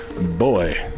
boy